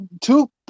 Two